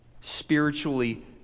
spiritually